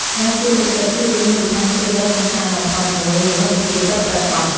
ការជឿទុកចិត្តគឺជាមូលដ្ឋានគ្រឹះដ៏សំខាន់បំផុតមួយនៃមិត្តភាពពិតប្រាកដ។